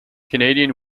canadian